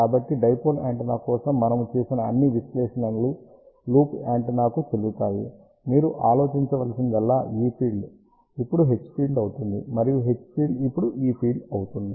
కాబట్టి dipole antenna కోసం మనము చేసిన అన్ని విశ్లేషణలు లూప్ యాంటెన్నాకు చెల్లుతాయి మీరు ఆలోచించాల్సిందల్లా E ఫీల్డ్ ఇప్పుడు H ఫీల్డ్ అవుతుంది మరియు H ఫీల్డ్ ఇప్పుడు E ఫీల్డ్ అవుతుంది